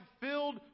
filled